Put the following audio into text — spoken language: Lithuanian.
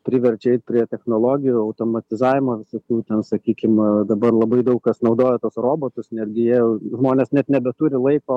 priverčia eit prie technologijų automatizavimo visokių ten sakykim dabar labai daug kas naudoja tuos robotus netgi jie žmonės net nebeturi laiko